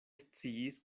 sciis